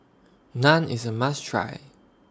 Naan IS A must Try